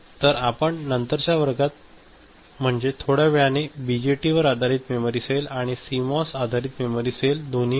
तर आपण नंतरच्या वर्गात म्हणजे थोड्या वेळाने बीजेटी आधारित मेमरी सेल आणि सीमॉस आधारित मेमरी सेल दोन्ही पाहू